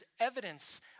evidence